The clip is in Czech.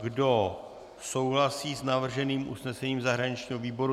Kdo souhlasí s navrženým usnesením zahraničního výboru?